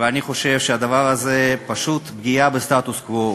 ואני חושב שהדבר הזה הוא פשוט פגיעה בסטטוס-קוו.